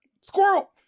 Squirrel